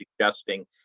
suggesting